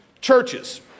churches